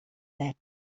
that